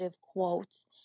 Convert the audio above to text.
quotes